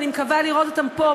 ואני מקווה לראות אותן פה,